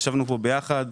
ישבנו כאן ביחד,